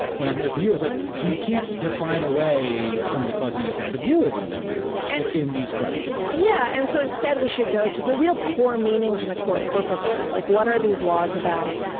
what i'm hearing from you, is like you can't define a way some of the fuzziness ambiguity and in these questions. yeah and so instead we should go the real core meanings and the core purposes. like what are these laws about.